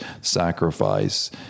sacrifice